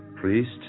priest